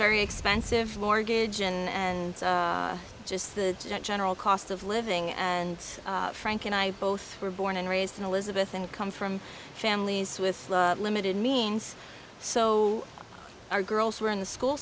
very expensive mortgage and just the general cost of living and frank and i both were born and raised in elizabeth and come from families with limited means so our girls were in the school